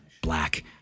black